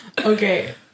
Okay